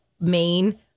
main